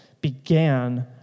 began